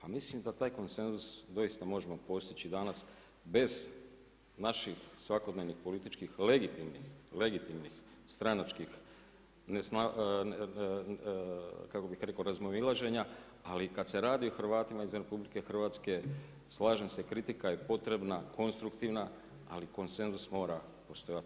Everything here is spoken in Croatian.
Ali, mislim da taj konsenzus doista možemo postići danas bez naših svakodnevnih političkih legitimnih stranačkih kako bi rekao ramoilažena, ali kad se radi o Hrvatima iz RH, slažem se kritika je potrebna, konstruktivna, ali konsenzus mora postojati.